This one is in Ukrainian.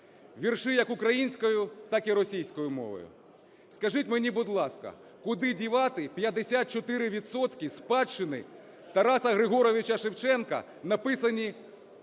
вірші як українською, так і російською мовою. Скажіть мені, будь ласка, куди дівати 54 відсотки спадщини Тараса Григоровича Шевченка, написані